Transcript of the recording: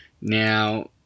Now